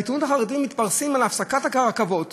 בעיתונות החרדית מפרסמים על הפסקת הרכבות,